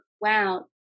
wow